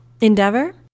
endeavor